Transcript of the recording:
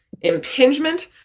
impingement